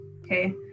okay